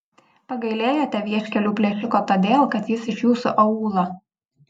pagailėjote vieškelių plėšiko todėl kad jis iš jūsų aūlo